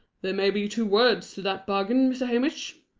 there may be two words to that bargain, mr. hamish.